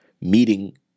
meeting